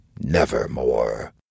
nevermore